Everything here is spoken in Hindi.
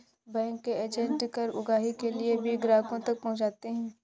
बैंक के एजेंट कर उगाही के लिए भी ग्राहकों तक पहुंचते हैं